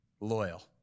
Loyal